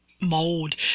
mold